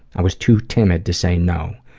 i was too timid to say no.